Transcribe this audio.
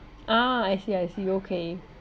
ah I see I see okay